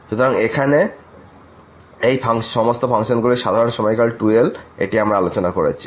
সুতরাং এখানে এই সমস্ত ফাংশনগুলির সাধারণ সময়কাল 2l এটি আমরা আলোচনা করেছি